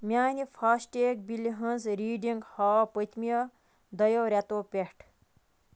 میٛانہِ فاسٹیگ بِلہِ ہٕنٛز ریٖڈِنٛگ ہاو پٔتۍمہِ دۄیو رٮ۪تو پٮ۪ٹھ